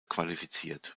qualifiziert